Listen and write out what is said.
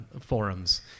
forums